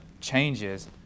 changes